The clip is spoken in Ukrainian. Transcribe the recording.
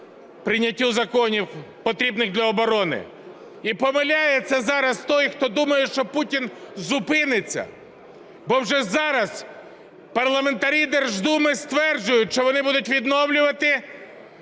прийняттю законів, потрібних для оборони. І помиляється зараз той, хто думає, що Путін зупиниться, бо вже зараз парламентарі Держдуми стверджують, що вони будуть відновлювати